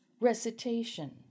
recitation